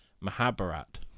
Mahabharat